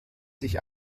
sich